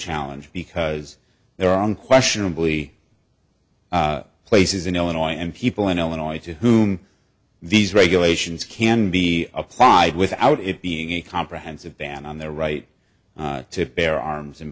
challenge because there are unquestionably places in illinois and people in illinois to whom these regulations can be applied without it being a comprehensive ban on their right to bear arms in